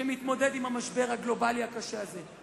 שמתמודד עם המשבר הגלובלי הקשה הזה,